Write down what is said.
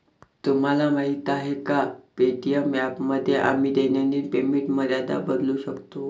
तुम्हाला माहीत आहे का पे.टी.एम ॲपमध्ये आम्ही दैनिक पेमेंट मर्यादा बदलू शकतो?